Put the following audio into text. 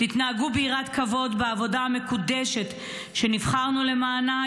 תתנהגו ביראת כבוד בעבודה המקודשת שנבחרנו למענה.